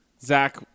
Zach